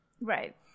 Right